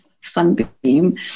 Sunbeam